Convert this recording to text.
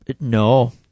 No